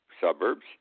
suburbs